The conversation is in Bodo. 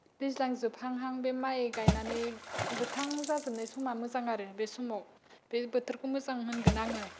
दैज्लां जोबहांहां बे माइ गायनानै गोथां जाजोबनाय समा मोजां आरो बे समाव बे बोथोरखौ मोजां होनगोन आङो